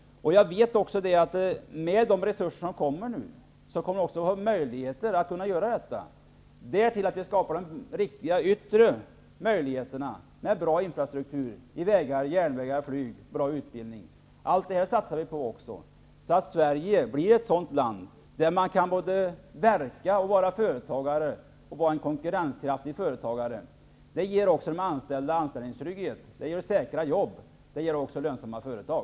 Jag vet att det med de resurser som nu kommer att tillföras också skapas möjligheter att kunna göra detta. Därtill skapas riktiga yttre förutsättningar med bra infrastruktur -- järnvägar, vägar och flyg -- och bra utbildning. Också allt detta satsar vi på, så att Sverige blir ett sådant land där man kan verka som konkurrenskraftig företagare. Det ger de anställda anställningstrygghet och säkra jobb, och det ger också lönsamma företag.